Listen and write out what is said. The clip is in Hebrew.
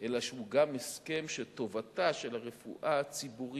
אלא שהוא גם הסכם שטובתה של הרפואה הציבורית,